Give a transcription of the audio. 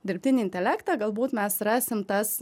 dirbtinį intelektą galbūt mes rasim tas